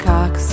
Cox